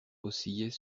oscillait